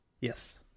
yes